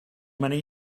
many